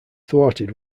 thwarted